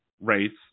rates